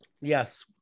Yes